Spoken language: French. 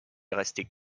restait